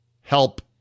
help